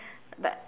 but